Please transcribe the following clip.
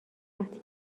وقتی